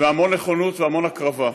המון נכונות והמון הקרבה.